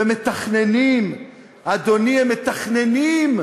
ומתכננים, אדוני, הם מתכננים,